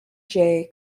jay